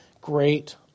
great